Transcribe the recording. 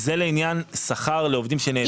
זה לעניין שכר לעובדים שנעדרו.